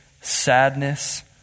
sadness